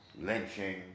lynching